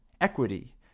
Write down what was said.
equity